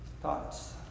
thoughts